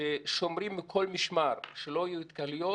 ושומרים מכל משמר שלא יהיו התקהלויות,